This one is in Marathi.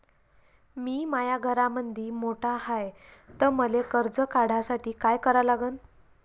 मी माया घरामंदी मोठा हाय त मले कर्ज काढासाठी काय करा लागन?